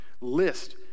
list